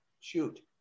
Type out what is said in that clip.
shoot